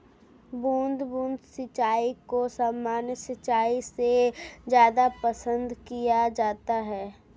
बूंद बूंद सिंचाई को सामान्य सिंचाई से ज़्यादा पसंद किया जाता है